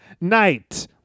night